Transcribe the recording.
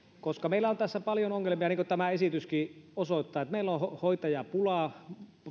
meillä on tässä paljon ongelmia niin kuin tämä esityskin osoittaa meillä on hoitajapula